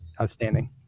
outstanding